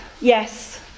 yes